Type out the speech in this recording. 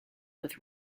with